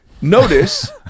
notice